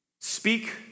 speak